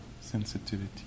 sensitivity